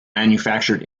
manufactured